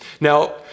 Now